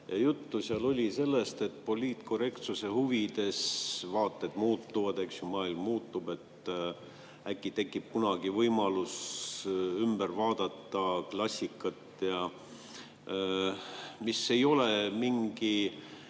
Juttu oli seal sellest, et poliitkorrektsuse huvides vaated muutuvad, eks ju, maailm muutub, äkki tekib kunagi võimalus ümber vaadata klassikat, mis ei ole mingi